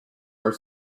are